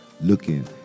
looking